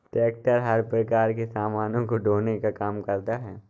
tractor हर प्रकार के सामानों को ढोने का काम करता है